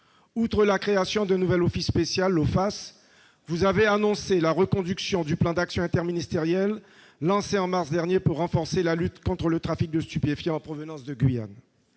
Outre la création d'un nouvel office spécial, l'Ofast, vous avez annoncé la reconduction du plan d'action interministériel lancé en mars dernier pour renforcer la lutte contre le trafic de stupéfiants en provenance de Guyane.